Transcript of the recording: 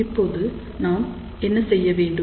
இப்பொழுது நாம் என்ன செய்ய வேண்டும்